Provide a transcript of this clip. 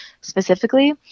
specifically